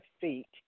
feet